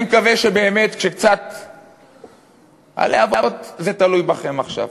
אני מקווה באמת, כשקצת הלהבות, זה תלוי בכם עכשיו.